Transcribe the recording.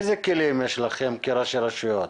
איזה כלים יש לכם כראשי רשויות?